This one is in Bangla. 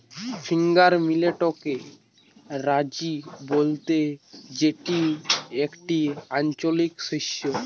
ফিঙ্গার মিলেটকে রাজি বলতে যেটি একটি আঞ্চলিক শস্য